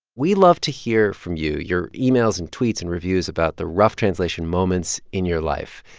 we love to hear from you your emails and tweets and reviews about the rough translation moments in your life,